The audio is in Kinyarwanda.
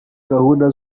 gahunda